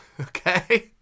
Okay